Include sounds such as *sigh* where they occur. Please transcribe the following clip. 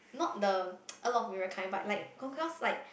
not the *noise* a lot of mirror kind but like holograph like